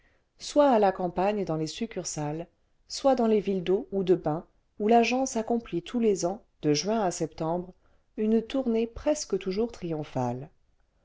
soit à la campagne dans les succursales soit dans les villes d'eaux ou de bains où l'agence accomplit tous les ans de juin à septembre une tournée presque toujours triomphale